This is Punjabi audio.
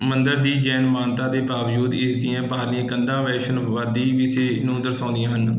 ਮੰਦਰ ਦੀ ਜੈਨ ਮਾਨਤਾ ਦੇ ਬਾਵਜੂਦ ਇਸ ਦੀਆਂ ਬਾਹਰਲੀਆਂ ਕੰਧਾਂ ਵੈਸ਼ਨਵਵਾਦੀ ਵਿਸੇ ਨੂੰ ਦਰਸਾਉਂਦੀਆਂ ਹਨ